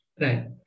Right